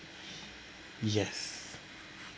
yes